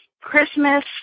Christmas